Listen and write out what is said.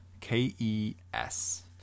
K-E-S